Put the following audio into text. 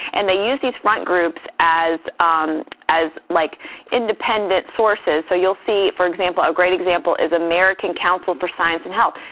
and they use these front groups as as like independent sources. so you'll see for example, a great example is the american council for science and health.